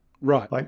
Right